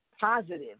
positive